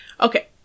Okay